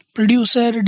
Producer